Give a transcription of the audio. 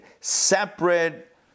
separate